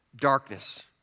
darkness